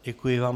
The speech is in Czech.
Děkuji vám.